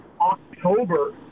October